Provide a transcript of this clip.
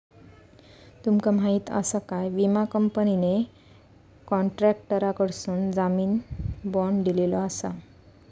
तुमका माहीत आसा काय, विमा कंपनीने कॉन्ट्रॅक्टरकडसून जामीन बाँड दिलेलो आसा